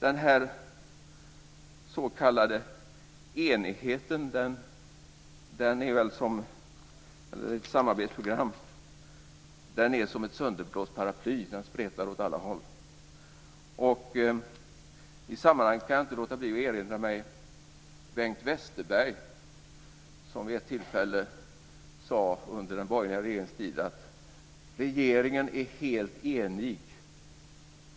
Den s.k. enigheten om ett samarbetsprogram är som ett sönderblåst paraply som spretar åt alla håll. I sammanhanget kan jag inte låta bli att erinra mig Bengt Westerberg, som vid ett tillfälle under den borgerliga regeringens tid sade: Regeringen är helt enig,